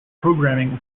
programming